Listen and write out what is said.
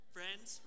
Friends